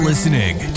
Listening